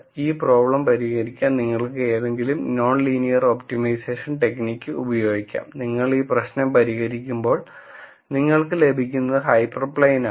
ഈ പ്രോബ്ലം പരിഹരിക്കാൻ നിങ്ങൾക്ക് ഏതെങ്കിലും നോൺ ലീനിയർ ഒപ്റ്റിമൈസേഷൻ ടെക്നിക് ഉപയോഗിക്കാം നിങ്ങൾ ഈ പ്രശ്നം പരിഹരിക്കുമ്പോൾ നിങ്ങൾക്ക് ലഭിക്കുന്നത് ഹൈപ്പർപ്ലെയ്ൻ ആണ്